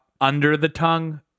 under-the-tongue